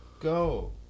go